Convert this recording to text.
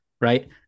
right